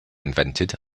invented